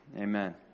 Amen